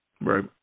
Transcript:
Right